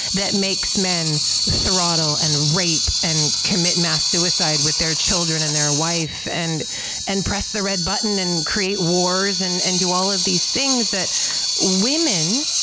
that makes men throttle, and rape, and commit mass suicide with their children and their wife, and and press the red button, and create wars, and and do all of these things that women,